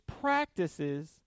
practices